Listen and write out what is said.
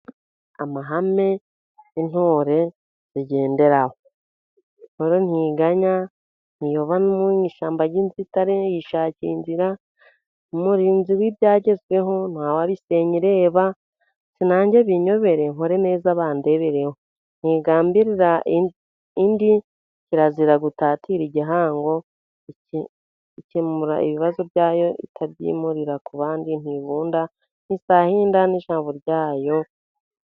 Amahame intore igenderaho, intore ntiganya, ntiyoba no mu ishyamba ry'inzitane yishakira inzira, umurinzi w'ibyagezweho ntawabisenya ireba, sinanjye binyobere nkore neza bandebereho, ntigambanira indi kirazira gutatira igihango, ikemura ibibazo byayo itabyimurira ku bandi, ntivunda ntisahinda n'ijambo ryayo.